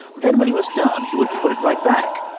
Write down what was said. then when he was done, he would put it right back.